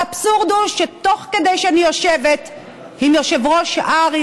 האבסורד הוא שתוך כדי שאני יושבת עם יושב-ראש הר"י,